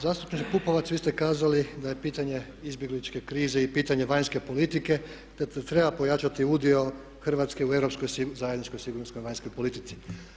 Zastupnik Pupovac, vi ste kazali da je pitanje izbjegličke krize i pitanje vanjske politike, da treba pojačati udio Hrvatske u europskoj zajedničkoj sigurnosnoj vanjskoj politici.